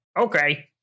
Okay